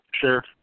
Sure